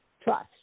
trust